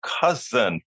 cousin